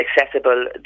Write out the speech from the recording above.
accessible